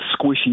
squishy